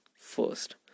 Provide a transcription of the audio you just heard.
first